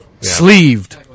Sleeved